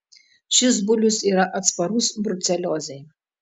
šis bulius yra atsparus bruceliozei